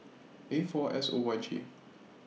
A four S O Y G